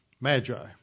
Magi